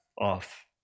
off